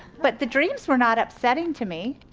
but the dreams were not upsetting to me.